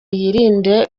yirinde